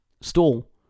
Stall